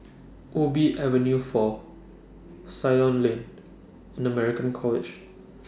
Ubi Avenue four Ceylon Lane and American College